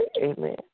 Amen